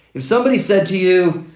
if somebody said to you,